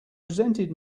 resented